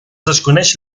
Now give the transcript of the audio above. desconeix